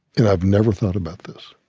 and i've never thought about this.